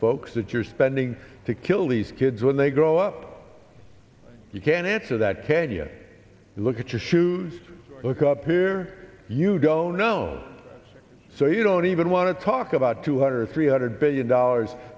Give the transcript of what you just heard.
folks that you're spending to kill these kids when they grow up you can't answer that can you look at your shoes look up here you don't know so you don't even want to talk about two hundred or three hundred billion dollars